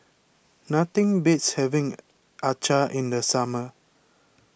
nothing beats having Acar in the summer